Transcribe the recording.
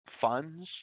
funds